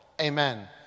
Amen